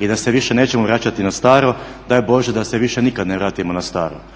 i da se više nećemo vraćati na staro daj Bože da se više nikad ne vratimo na staro.